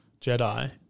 jedi